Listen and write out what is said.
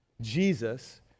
Jesus